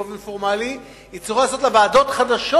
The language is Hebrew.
באופן פורמלי יצטרכו לעשות לה ועדות חדשות,